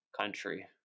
country